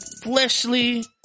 fleshly